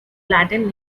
latin